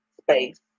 space